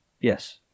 Yes